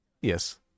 Yes